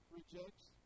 rejects